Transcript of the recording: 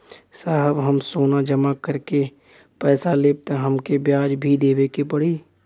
साहब हम सोना जमा करके पैसा लेब त हमके ब्याज भी देवे के पड़ी?